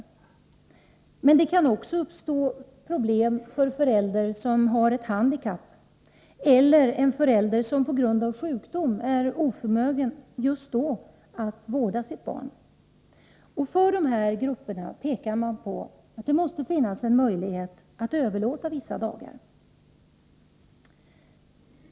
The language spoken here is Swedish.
Men det kan också uppstå problem för förälder som har ett handikapp, liksom också för en förälder som på grund av sjukdom är oförmögen att just då vårda sitt barn. Man pekar på att det just för dessa grupper måste finnas en möjlighet att överlåta vissa dagar.